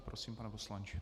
Prosím, pane poslanče.